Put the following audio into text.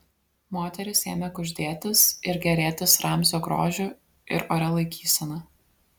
moterys ėmė kuždėtis ir gėrėtis ramzio grožiu ir oria laikysena